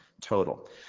total